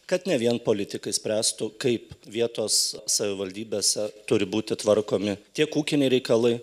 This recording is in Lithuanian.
kad ne vien politikai spręstų kaip vietos savivaldybėse turi būti tvarkomi tiek ūkiniai reikalai